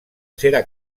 cera